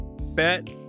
bet